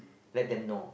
let them know